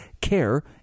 care